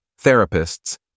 therapists